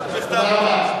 תודה רבה.